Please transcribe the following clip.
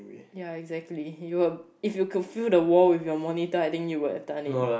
ya exactly you would if you could fill the wall with your monitor I think you would have done it